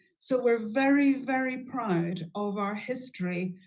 so we're very, very proud of our history,